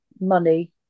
money